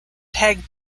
tag